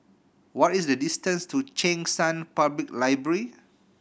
what is the distance to Cheng San Public Library